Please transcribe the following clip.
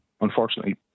unfortunately